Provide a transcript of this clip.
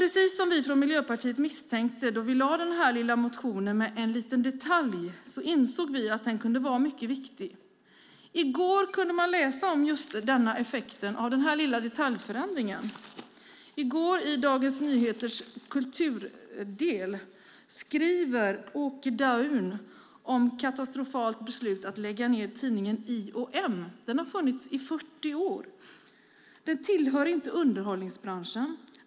Precis som vi från Miljöpartiet misstänkte när vi väckte motionen, insåg vi att en detalj kan vara viktig. I går kunde man läsa om effekten av detaljförändringen. I går i Dagens Nyheters kulturdel skrev Åke Daun om ett katastrofalt beslut att lägga ned tidningen I&M. Den har funnits i 40 år. Den tillhör inte underhållningsbranschen.